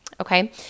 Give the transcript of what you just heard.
Okay